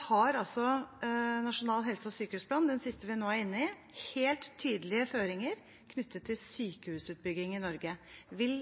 har altså den siste nasjonale helse- og sykehusplanen, som vi er nå inne i, helt tydelige føringer knyttet til sykehusutbygging i Norge. Vil